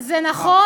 זה נכון,